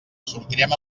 sortirem